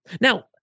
Now